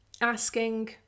asking